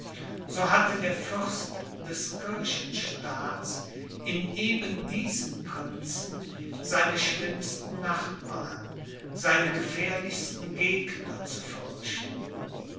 so hatte der fürst des kirchenstaats in eben diesen prinzen seine schlimmsten nachbarn seine gefährlichsten gegner zu fürchten